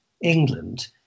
England